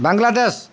Bangladesh